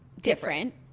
different